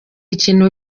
ikintu